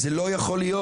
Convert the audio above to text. זה לא יכול להיות.